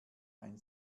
ein